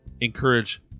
encourage